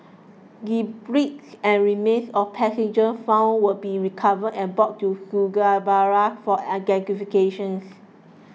debris and remains of passengers found will be recovered and brought to Surabaya for identifications